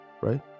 right